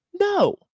No